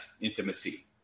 intimacy